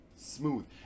smooth